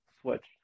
switch